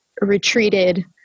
retreated